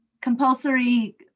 compulsory